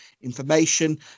information